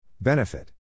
Benefit